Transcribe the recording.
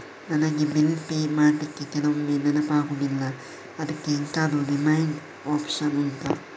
ನನಗೆ bill pay ಮಾಡ್ಲಿಕ್ಕೆ ಕೆಲವೊಮ್ಮೆ ನೆನಪಾಗುದಿಲ್ಲ ಅದ್ಕೆ ಎಂತಾದ್ರೂ ರಿಮೈಂಡ್ ಒಪ್ಶನ್ ಉಂಟಾ